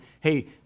hey